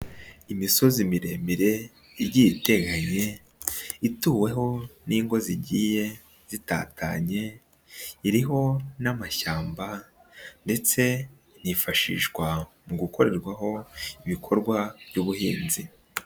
Imisozi miremire igiye iteganye, ituweho n'ingo zigiye zitatanye, iriho n'amashyamba ndetse inifashishwa mu gukorerwaho ibikorwa by'ubuhinzi.